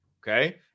Okay